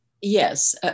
Yes